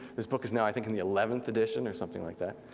this book is now i think in the eleventh edition or something like that.